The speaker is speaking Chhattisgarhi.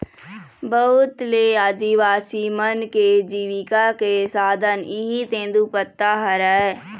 बहुत ले आदिवासी मन के जिविका के साधन इहीं तेंदूपत्ता हरय